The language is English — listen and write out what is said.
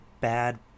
bad